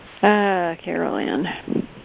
Carolyn